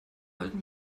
alten